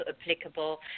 applicable